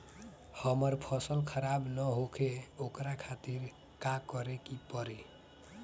हमर फसल खराब न होखे ओकरा खातिर का करे के परी?